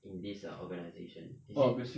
in this err organization is it